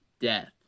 death